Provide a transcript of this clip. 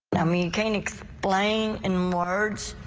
i mean canucks blame in large.